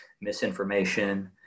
misinformation